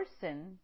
person